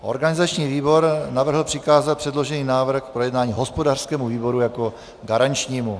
Organizační výbor navrhl přikázat předložený návrh k projednání hospodářskému výboru jako výboru garančnímu.